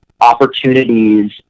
opportunities